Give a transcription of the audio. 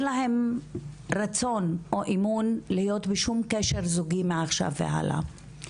להם רצון או אמון להיות בשום קשר זוגי מעכשיו והלאה.